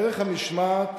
ערך המשמעת